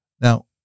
Now